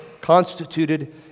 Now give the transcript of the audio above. constituted